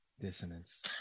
dissonance